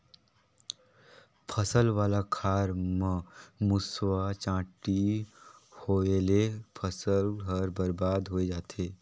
फसल वाला खार म मूसवा, चांटी होवयले फसल हर बरबाद होए जाथे